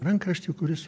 rankraštį kuris